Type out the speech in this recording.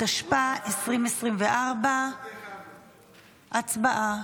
התשפ"ה 2024. הצבעה.